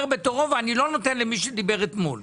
בתורו ואני לא נותן למי שדיבר אתמול.